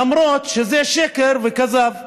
למרות שזה שקר וכזב,